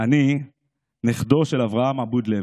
אני נכדו של אברהם עבוד לוי,